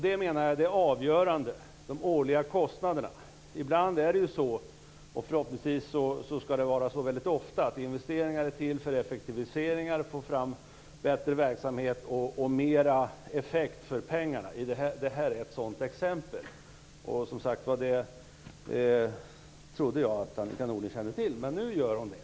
Jag menar att de årliga kostnaderna är det avgörande. Ibland är det så - och förhoppningsvis skall det vara så ofta - att investeringar är till för effektiviseringar och för att få fram bättre verksamhet och mer effekt för pengarna. Det här är ett sådant exempel. Som sagt var, det trodde jag att Annika Nordgren kände till. Men nu gör hon det.